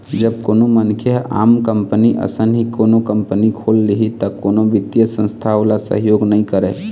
जब कोनो मनखे ह आम कंपनी असन ही कोनो कंपनी खोल लिही त कोनो बित्तीय संस्था ओला सहयोग नइ करय